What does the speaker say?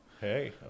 Hey